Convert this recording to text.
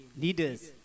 leaders